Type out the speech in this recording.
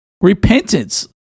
Repentance